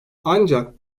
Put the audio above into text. ancak